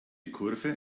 kurve